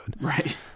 Right